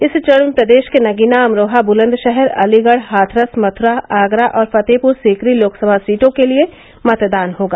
इस चरण में प्रदेश के नगीना अमरोहा बुलन्दशहर अलीगढ़ हाथरस मथुरा आगरा और फतेहपुर सीकरी लोकसभा सीटों के लिए मतदान होगा